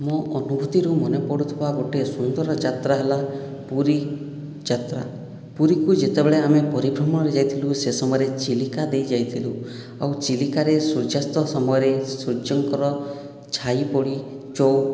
ମୋ' ଅନୂଭୂତିରୁ ମନେପଡ଼ୁଥିବା ଗୋଟିଏ ସୁନ୍ଦର ଯାତ୍ରା ହେଲା ପୁରୀ ଯାତ୍ରା ପୁରୀକୁ ଯେତେବେଳେ ଆମେ ପୁରୀ ଭ୍ରମଣରେ ଯାଇଥିଲୁ ସେ ସମୟରେ ଚିଲିକା ଦେଇ ଯାଇଥିଲୁ ଆଉ ଚିଲିକାରେ ସୂର୍ଯ୍ୟାସ୍ତ ସମୟରେ ସୂର୍ଯ୍ୟଙ୍କର ଛାଇ ପଡ଼ି ଯେଉଁ